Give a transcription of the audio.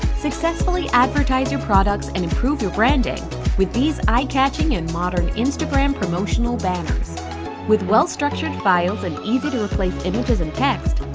successfully advertise your products and improve your branding with these eye catching and modern instagram promotional with well structured files and easy-to-replace images and text,